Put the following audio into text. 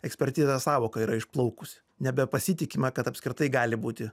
ekspertizės sąvoka yra išplaukusi nebepasitikima kad apskritai gali būti